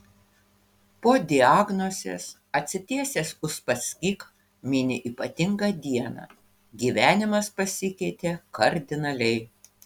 po diagnozės atsitiesęs uspaskich mini ypatingą dieną gyvenimas pasikeitė kardinaliai